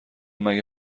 مگه